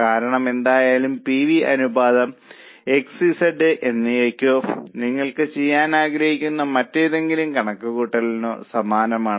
കാരണം എന്തായാലും PV അനുപാതം X Z എന്നിവയ്ക്കോ നിങ്ങൾ ചെയ്യാൻ ആഗ്രഹിക്കുന്ന മറ്റേതെങ്കിലും കണക്കുകൂട്ടലിനോ സമാനമാണ്